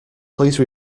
please